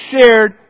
shared